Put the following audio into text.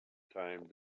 time